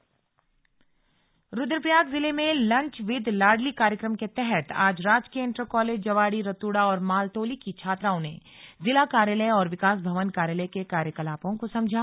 slug lunch with Ladli Rudraprayag जिले में lunch with Ladli कार्यक्रम के तहत आज राजकीय इंटर कॉलेज जवाड़ी रतूड़ा और मालतोली की छात्राओं ने जिला कार्यालय और विकास भवन कार्यालय के कार्यकलापों को समझा